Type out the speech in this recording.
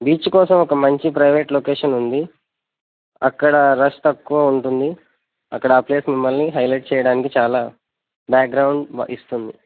beach కోసం ఒక మంచి ప్రైవేట్ లొకేషన్ ఉంది అక్కడ రష్ తక్కువ ఉంటుంది అక్కడ ఆ ప్లేస్ మిమ్మల్ని హైలైట్ చేయడానికి చాలా బ్యాక్గ్రౌండ్ ఇస్తుంది